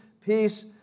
peace